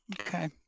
Okay